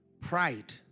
Pride